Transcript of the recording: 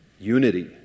unity